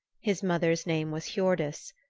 his mother's name was hiordis.